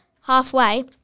halfway